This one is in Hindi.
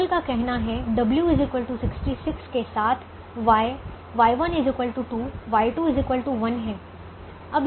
डुअल का कहना हैW 66 के साथ y Y1 2 Y2 1 है